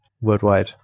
worldwide